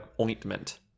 ointment